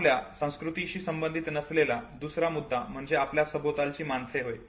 आपल्या संस्कृतीशी संबंधित नसलेला दुसरा मुद्दा म्हणजे आपल्या सभोवतालची माणसे होय